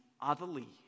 otherly